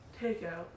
takeout